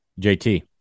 JT